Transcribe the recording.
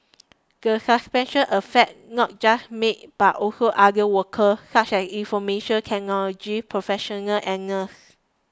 the suspension affects not just maids but also other workers such as information technology professionals and nurses